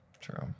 True